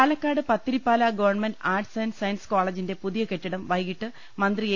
Palakkad Pathirippala government arts and science കോളേജിന്റെ പുതിയ കെട്ടിടം വൈകീട്ട് മന്ത്രി എ